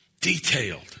detailed